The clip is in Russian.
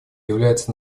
является